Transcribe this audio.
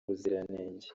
ubuziranenge